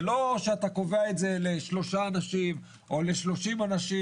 זה לא שאתה קובע את זה לשלושה אנשים או ל-30 אנשים.